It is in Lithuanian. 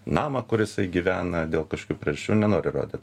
namą kur jisai gyvena dėl kažkokių priežasčių nenori rodyt